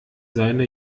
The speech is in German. seine